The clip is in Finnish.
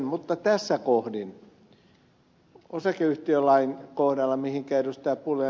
mutta tässä kohdin osakeyhtiölain kohdalla mihin ed